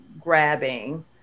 grabbing